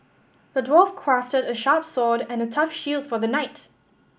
the dwarf crafted a sharp sword and a tough shield for the knight